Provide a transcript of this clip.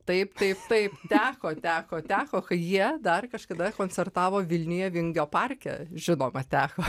taip taip taip teko teko teko kai jie dar kažkada koncertavo vilniuje vingio parke žinoma teko